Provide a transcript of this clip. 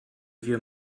wir